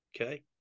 Okay